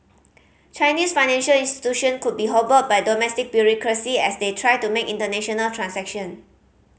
Chinese financial institution could be hobbled by domestic bureaucracy as they try to make international transaction